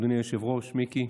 אדוני היושב-ראש, מיקי.